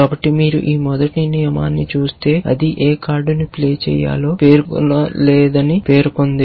కాబట్టి మీరు ఈ మొదటి నియమాన్ని చూస్తే ఏ కార్డును ప్లే చేయాలో అది ఏ కార్డును ప్లే చేయాలో పేర్కొనలేదని పేర్కొంది